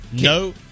No